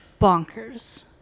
bonkers